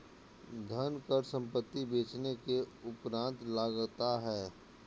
धनकर संपत्ति बेचने के उपरांत लगता है